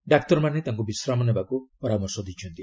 ଡାକ୍ତରମାନେ ତାଙ୍କୁ ବିଶ୍ରାମ ନେବାକୁ ପରାମର୍ଶ ଦେଇଛନ୍ତି